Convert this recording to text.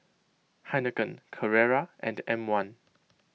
Heinekein Carrera and M one